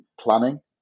planning